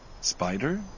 Spider